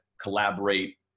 collaborate